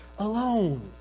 alone